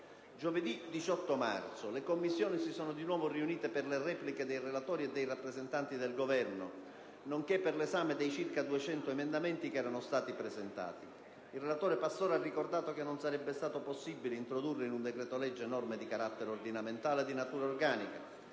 Giovedì 18 marzo le Commissioni si sono di nuovo riunite per le repliche dei relatori e dei rappresentanti del Governo, nonché per l'esame dei circa 200 emendamenti presentati. Il relatore Pastore ha ricordato che non sarebbe stato possibile introdurre in un decreto-legge norme di carattere ordinamentale di natura organica.